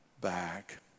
back